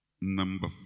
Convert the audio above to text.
number